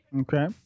Okay